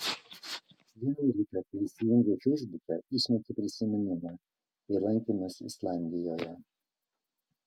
vieną rytą kai įsijungiau feisbuką išmetė prisiminimą kai lankėmės islandijoje